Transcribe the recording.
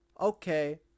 okay